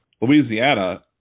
Louisiana